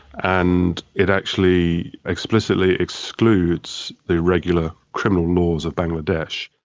and it actually explicitly excludes the regular criminal laws of bangladesh.